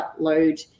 upload